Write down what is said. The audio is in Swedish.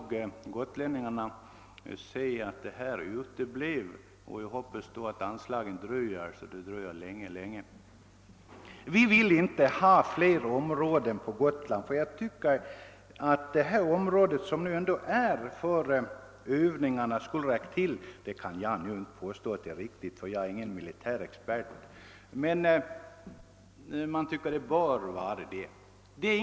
Gotlänningarna skulle nog helst se att planerna på utvidgningen av skjutfältet skrinlades. Vi vill inte ha fler områden av denna typ på Gotland. Jag tycker att det område som nu disponeras för Öövningarna skulle vara tillräckligt. Jag kan inte bestämt påstå detta, eftersom jag inte är någon militär expert, men jag tycker att det borde förhålla sig så.